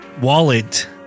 wallet